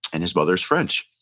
and his mother's french.